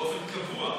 שבאופן קבוע,